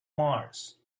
mars